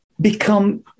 become